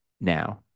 now